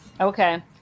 Okay